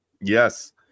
Yes